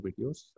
videos